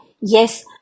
Yes